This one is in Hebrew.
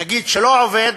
נגיד, שלא עובד,